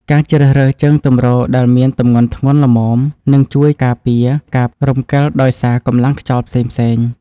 ការជ្រើសរើសជើងទម្រដែលមានទម្ងន់ធ្ងន់ល្មមនឹងជួយការពារការរំកិលដោយសារកម្លាំងខ្យល់ផ្សេងៗ។